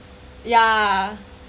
yeah